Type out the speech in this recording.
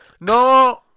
No